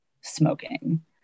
smoking